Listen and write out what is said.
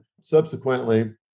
Subsequently